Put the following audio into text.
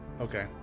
Okay